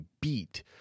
beat